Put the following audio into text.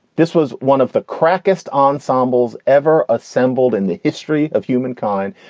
this was one of the crack est ensembles ever assembled in the history of humankind.